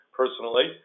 personally